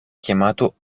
chiamato